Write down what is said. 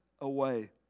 away